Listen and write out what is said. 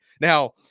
Now